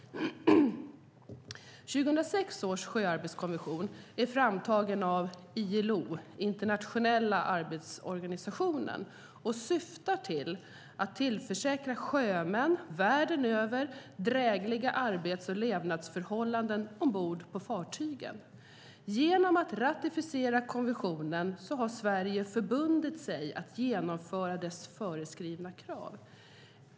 2006 års sjöarbetskonvention är framtagen av ILO - Internationella arbetsorganisationen - och syftar till att tillförsäkra sjömän världen över drägliga arbets och levnadsförhållanden ombord på fartygen. Genom att ratificera konventionen har Sverige förbundit sig att genomföra dess föreskrivna krav.